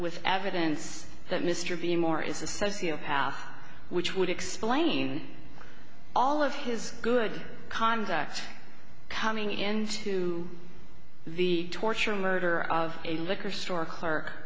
with evidence that mr beam or is a sociopath which would explain all of his good conduct coming into the torture murder of a liquor store clerk